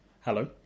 Hello